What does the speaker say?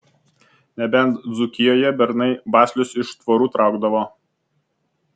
nebent dzūkijoje bernai baslius iš tvorų traukdavo